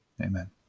Amen